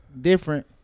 different